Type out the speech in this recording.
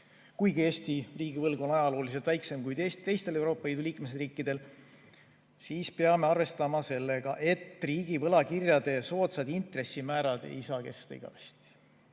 Kuigi Eesti riigivõlg on ajalooliselt väiksem kui teistel Euroopa Liidu liikmesriikidel, peame arvestama, et riigi võlakirjade soodsad intressimäärad ei saa kesta igavesti.